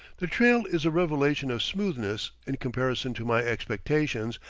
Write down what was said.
the trail is a revelation of smoothness, in comparison to my expectations,